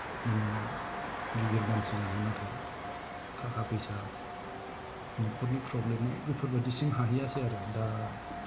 माने गिदिर मानसि जानो नाथाय थाखा फैसा न'खरनि प्रब्लेम आव बेफोर बायदिसिम हाहैयासै आरो दा